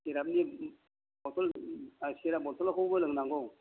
सिरापनि बथल सिराप बथलाखौबो लोंनांगौ